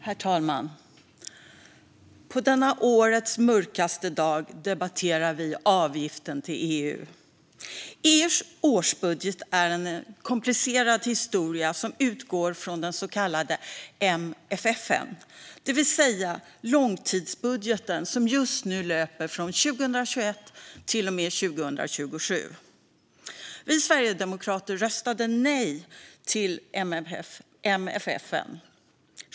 Herr talman! På denna årets mörkaste dag debatterar vi avgiften till EU. EU:s årsbudget är en komplicerad historia som utgår från den så kallade MFF:en, det vill säga långtidsbudgeten som just nu löper från 2021 till och med 2027. Vi sverigedemokrater röstade nej till MFF.